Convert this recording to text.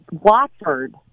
Watford